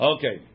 Okay